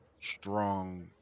strong